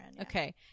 Okay